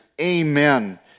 Amen